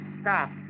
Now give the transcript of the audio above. stop